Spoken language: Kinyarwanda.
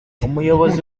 umuyobozi